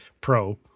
Pro